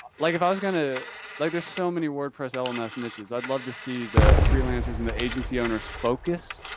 like if i was going to like, there's so many wordpress ah lms niches, i'd love to see the freelancers and the agency owners focus.